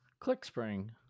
Clickspring